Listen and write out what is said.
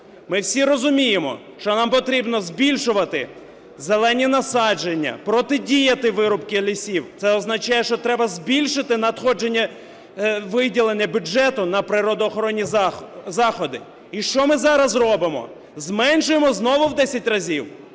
Ми всі розуміємо, що нам потрібно збільшувати зелені насадження, протидіяти вирубці лісів. Це означає, що треба збільшити надходження, виділення бюджету на природоохоронні заходи. І що ми зараз робимо – зменшуємо знову в десять разів?